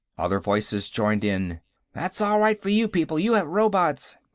other voices joined in that's all right for you people, you have robots.